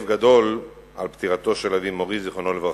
גדול על פטירתו של אבי מורי זיכרונו לברכה.